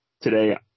today